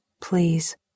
Please